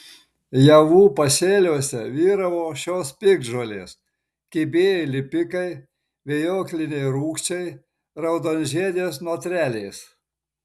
javų pasėliuose vyravo šios piktžolės kibieji lipikai vijokliniai rūgčiai raudonžiedės notrelės